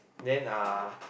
then uh